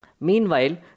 Meanwhile